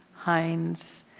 hynes,